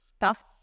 Tough